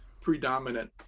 predominant